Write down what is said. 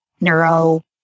neuro